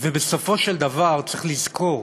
ובסופו של דבר צריך לזכור